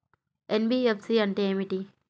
NBFC అంటే ఏమిటి?